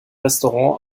restaurant